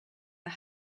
are